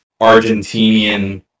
Argentinian